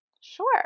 Sure